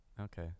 Okay